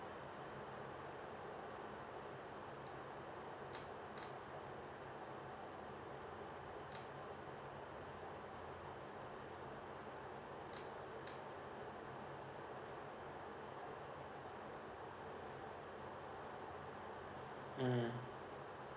mm